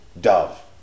Dove